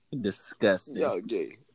disgusting